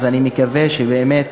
אז אני מקווה שהיא באמת